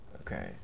Okay